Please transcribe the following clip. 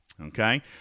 Okay